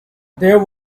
there